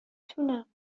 تونم